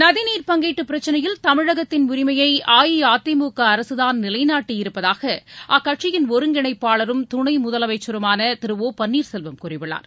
நதிநீர் பங்கீட்டுப் பிரச்னையில் தமிழகத்தின் உரிமையை அஇஅதிமுக அரசுதான் நிலைநாட்டி இருப்பதாக அக்கட்சியின் ஒருங்கிணைப்பாளரும் துணை முதலமைச்சருமான திரு ஒ பன்னீர்செல்வம் கூறியுள்ளார்